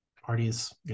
Parties